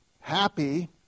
happy